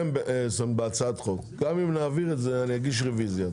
גם אם נעביר את זה אני אגיד ריוויזיה.